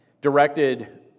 directed